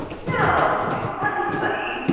no. she makes tons of money